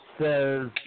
says